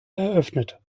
eröffnet